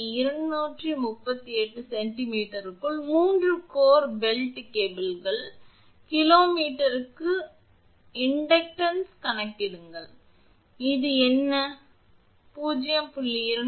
238 சென்டிமீட்டருக்குள் 3 core belt கேபிளின் கிலோ மீட்டருக்கு இண்டக்டன்ஸ் கணக்கிடுங்கள் இது என்ன 0